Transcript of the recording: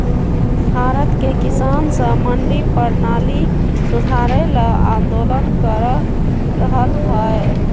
भारत के किसान स मंडी परणाली सुधारे ल आंदोलन कर रहल हए